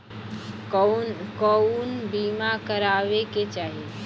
कउन बीमा करावें के चाही?